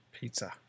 Pizza